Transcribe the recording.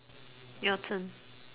your turn